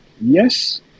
Yes